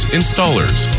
installers